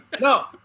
No